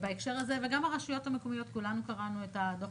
וגם הרשויות המקומיות כולנו קראנו את דוח